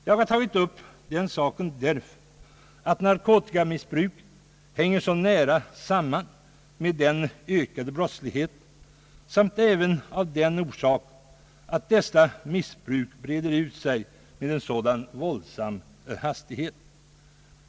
Jag har tagit upp den saken därför att narkotikamissbruket hänger så nära samman med den ökade brottsligheten, men också av den orsaken att detta missbruk breder ut sig med en sådan våldsam hastighet.